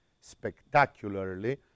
spectacularly